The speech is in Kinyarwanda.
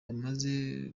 yamaze